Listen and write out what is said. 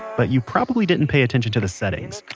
but you probably didn't pay attention to the settings.